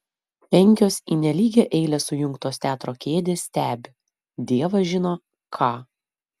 penkios į nelygią eilę sujungtos teatro kėdės stebi dievas žino ką